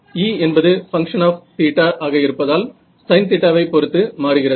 E என்பது function of θ function of θ ஆக இருப்பதால் sin θ ஐ பொறுத்து மாறுகிறது